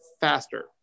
faster